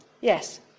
Yes